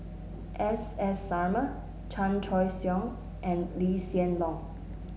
S S Sarma Chan Choy Siong and Lee Hsien Loong